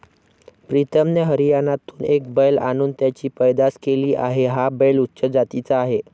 प्रीतमने हरियाणातून एक बैल आणून त्याची पैदास केली आहे, हा बैल उच्च जातीचा आहे